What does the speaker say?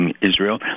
Israel